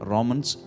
Romans